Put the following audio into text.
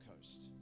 Coast